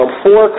four